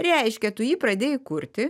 reiškia tu jį pradėjai kurti